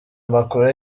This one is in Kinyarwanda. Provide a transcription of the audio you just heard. amakuru